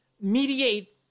mediate